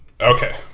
Okay